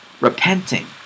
repenting